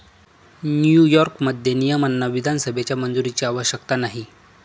न्यूयॉर्कमध्ये, नियमांना विधानसभेच्या मंजुरीची आवश्यकता नाही